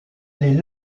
les